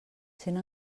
sent